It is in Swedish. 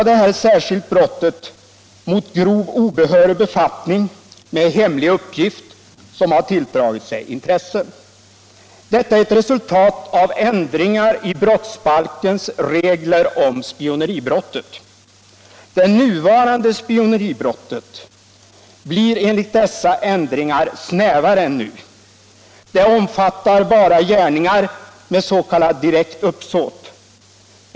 Det är särskilt brottet mot grov obehörig befattning med hemlig uppgift som har tilldragit sig intresse. Det är ett resultat av ändringar i brottsbalkens regler om spioneribrottet. Det nya spioneribrottet blir enligt dessa ändringar snävare än nu. Det omfattar bara gärningar med s.k. direkt uppsåt.